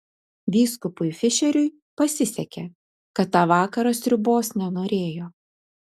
vyskupui fišeriui pasisekė kad tą vakarą sriubos nenorėjo